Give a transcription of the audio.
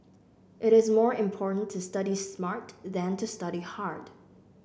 it is more important to study smart than to study hard